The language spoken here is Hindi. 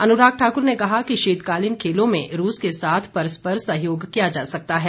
अनुराग ठाकुर ने कहा कि शीतकालीन खेलों में रूस के परस्पर सहयोग किया जा सकता है